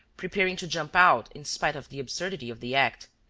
preparing to jump out, in spite of the absurdity of the act.